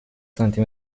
سانتی